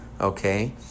okay